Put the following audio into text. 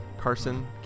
Carson